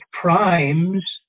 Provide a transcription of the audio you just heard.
primes